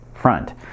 front